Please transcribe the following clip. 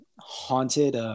haunted –